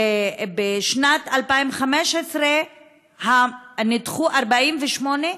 בשנת 2015 נדחו 48,